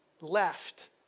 left